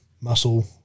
muscle